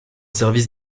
service